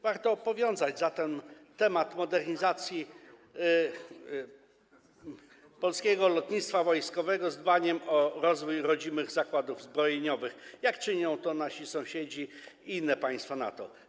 Warto zatem powiązać temat modernizacji polskiego lotnictwa wojskowego z dbaniem o rozwój rodzimych zakładów zbrojeniowych, jak czynią to nasi sąsiedzi i inne państwa NATO.